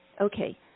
okay